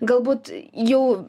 galbūt jau